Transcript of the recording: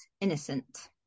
innocent